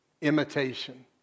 Imitation